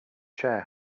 chair